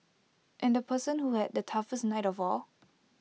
and the person who had the toughest night of all